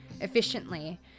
efficiently